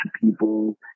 people